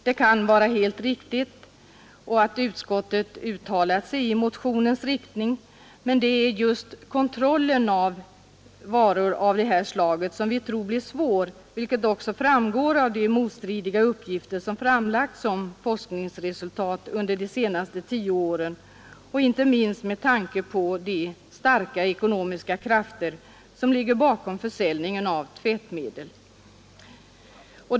Det kan vara helt riktigt att utskottet uttalat sig i motionens riktning, men vi tror att just kontrollen av varor av detta slag blir svår, vilket framgår av de motstridiga uppgifter som framlagts om forskningsresultat under de senaste tio åren, och inte minst med tanke på de starka ekonomiska krafter som ligger bakom försäljningen av tvättmedel.